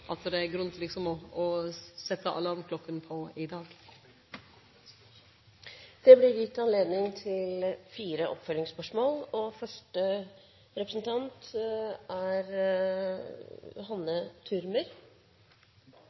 at det er grunn til å setje alarmklokkene på i dag. Det blir gitt anledning til fire oppfølgingsspørsmål – først Hanne Thürmer. Samhandlingsreformen inneholder sterke økonomiske virkemidler, og